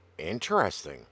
Interesting